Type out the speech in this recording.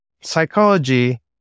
psychology